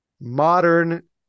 Modern